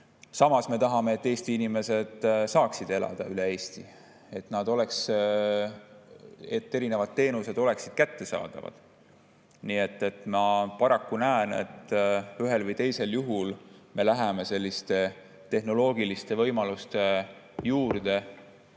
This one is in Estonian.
Samas me tahame, et Eesti inimesed saaksid elada üle Eesti, et erinevad teenused oleksid kättesaadavad. Nii et ma paraku näen, et ühel või teisel juhul me läheme selliste tehnoloogiliste võimaluste juurde.